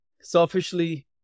selfishly